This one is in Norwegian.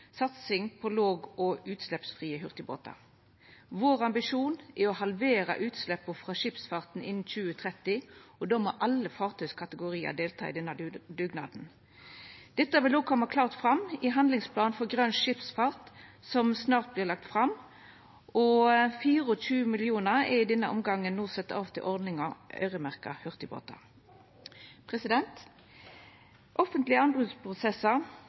satsing på låg- og utsleppsfrie hurtigbåtar. Ambisjonen vår er å halvera utsleppa frå skipsfarten innan 2030, og då må alle fartøykategoriar delta i dugnaden. Dette vil òg koma klart fram i handlingsplanen for grøn skipsfart som snart vert lagd fram. Det er i denne omgangen sett av 25 mill. kr til ordninga, øyremerkt hurtigbåtar. Offentlege